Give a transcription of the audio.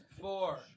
Four